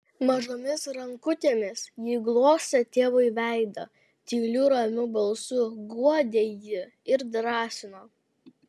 mažomis rankutėmis ji glostė tėvui veidą tyliu ramiu balsu guodė jį ir drąsino